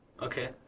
Okay